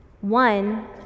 One